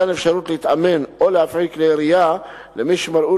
מתן אפשרות להתאמן או להפעיל כלי ירייה למי שמלאו